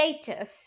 status